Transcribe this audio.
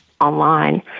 online